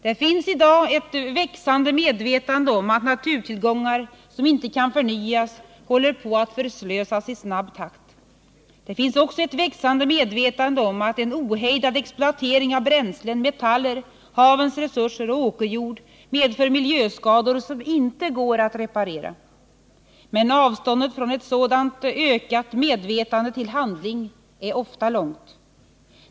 Det finns i dag ett växande medvetande om att naturtillgångar som inte kan förnyas håller på att förslösas i snabb takt. Det finns också ett växande medvetande om att en ohejdad exploatering av bränslen, metaller, havens resurser och åkerjord medför miljöskador som inte går att reparera. Men avståndet från ett sådant ökat medvetande till handling är ofta långt.